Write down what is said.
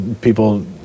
People